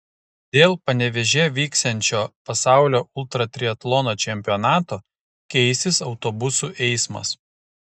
dėl panevėžyje vyksiančio pasaulio ultratriatlono čempionato keisis autobusų eismas